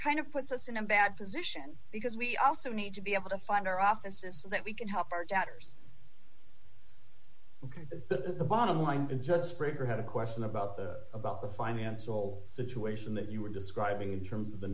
kind of puts us in a bad position because we also need to be able to find our offices so that we can help our doubters the bottom line and just riverhead a question about the about the financial situation that you were describing in terms of the